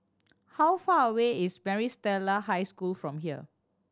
how far away is Maris Stella High School from here